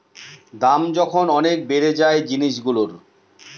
দাম যখন অনেক বেড়ে যায় জিনিসগুলোর